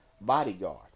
bodyguard